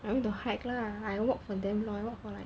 I mean the hike lah I walk for damn long I walk for like